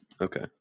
Okay